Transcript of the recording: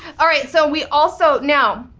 all right, so we also, now,